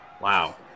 Wow